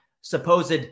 supposed